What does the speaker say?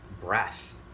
breath